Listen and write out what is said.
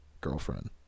girlfriend